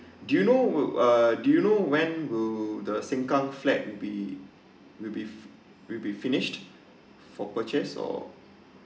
do you know uh do you know when will the sengkang flat will be will be will be finished for purchase or